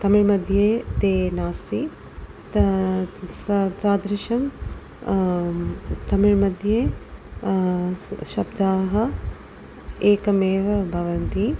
तमिळ्मध्ये ते नास्ति त स तादृशं तमिळ्मध्ये स शब्दाः एकमेव भवन्ति